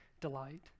delight